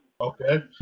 Okay